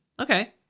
okay